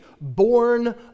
born